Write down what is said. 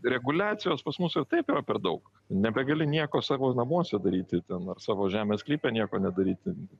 reguliacijos pas mus ir taip yra per daug nebegali nieko savo namuose daryti ten ar savo žemės sklype nieko nedaryti